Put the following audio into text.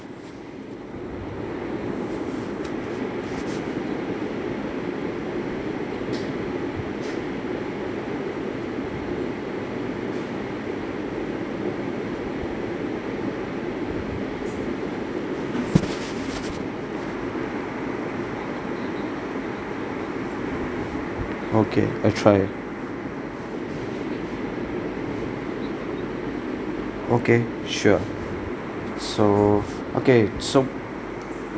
okay I try okay sure so okay so